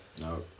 No